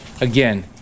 Again